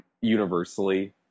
universally